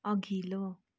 अघिल्लो